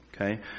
Okay